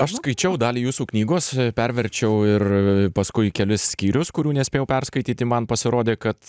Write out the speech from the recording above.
aš skaičiau dalį jūsų knygos perverčiau ir paskui kelis skyrius kurių nespėjau perskaityti man pasirodė kad